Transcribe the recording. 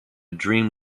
dream